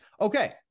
okay